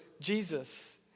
Jesus